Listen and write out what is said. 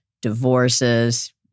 divorces